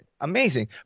Amazing